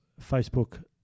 Facebook